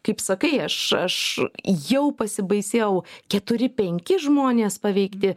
kaip sakai aš jau pasibaisėjau keturi penki žmonės paveikti